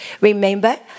Remember